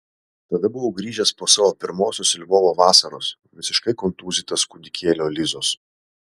tada buvau grįžęs po savo pirmosios lvovo vasaros visiškai kontūzytas kūdikėlio lizos